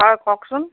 হয় কওকচোন